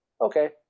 Okay